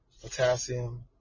potassium